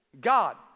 God